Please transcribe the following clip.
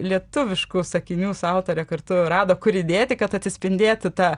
lietuviškų sakinių su autore kartu rado kur įdėti kad atsispindėtų ta